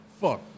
Fuck